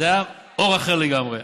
זה היה אחר לגמרי.